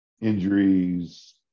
injuries